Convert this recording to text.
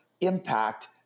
impact